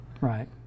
Right